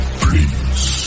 please